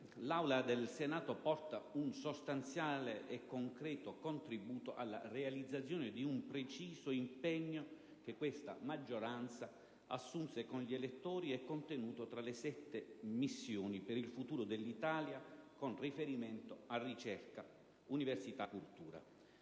l'Aula del Senato porta un sostanziale e concreto contributo alla realizzazione di un preciso impegno che questa maggioranza assunse con gli elettori e contenuto tra le sette missioni per il futuro dell'Italia con riferimento a ricerca, università e cultura.